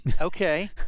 okay